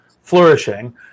flourishing